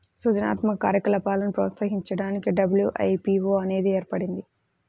సృజనాత్మక కార్యకలాపాలను ప్రోత్సహించడానికి డబ్ల్యూ.ఐ.పీ.వో అనేది ఏర్పడింది